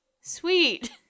sweet